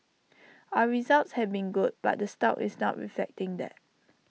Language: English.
our results have been good but the stock is not reflecting that